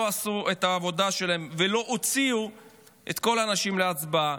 עשו את העבודה שלהם ולא הוציאו את כל האנשים להצבעה.